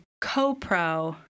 co-pro